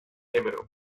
ebro